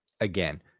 again